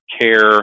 care